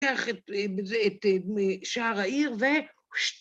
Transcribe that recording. ‫לכת בזה את שער העיר ו...